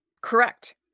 Correct